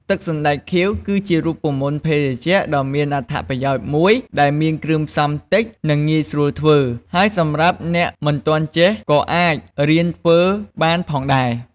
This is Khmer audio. ទឹកសណ្ដែកខៀវ គឺជារូបមន្តភេសជ្ជៈដ៏មានអត្ថប្រយោជន៍មួយ ដែលមានគ្រឿងផ្សំតិច និងងាយស្រួលធ្វើ ហើយសម្រាប់អ្នកមិនទាន់ចេះក៏អាចរៀនធ្វើបានផងដែរ។